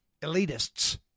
elitists